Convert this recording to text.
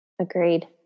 Agreed